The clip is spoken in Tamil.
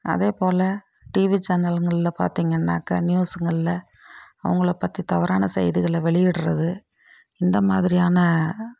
அதேப்போல் டிவி சேனல்ங்களில் பார்த்திங்கன்னாக்கா நியூஸ்ங்களில் அவங்கள பற்றி தவறான செய்திகளை வெளியிடுறது இந்த மாதிரியான